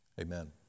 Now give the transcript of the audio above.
Amen